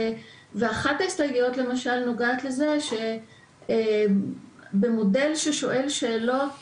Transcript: אחת ההסתייגויות נוגעת לזה שבמודל ששואל שאלות